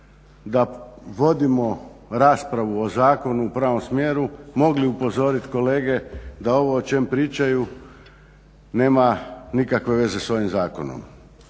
da vodimo raspravu o zakonu u pravom smjeru mogli upozorit kolege da ovo o čem pričaju nema nikakve veze s ovim zakonom.